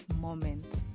moment